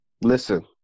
Listen